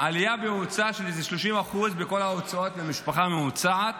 עלייה ממוצעת של 30% בכל ההוצאות למשפחה ממוצעת.